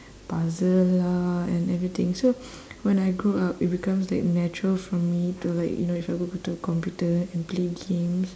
puzzle lah and everything so when I grow up it becomes like natural for me to like you know if I go over to a computer and play games